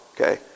Okay